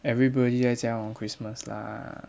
everybody 在家 on christmas lah